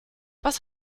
was